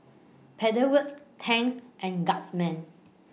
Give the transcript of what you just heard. Pedal Works Tangs and Guardsman